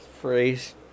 phrase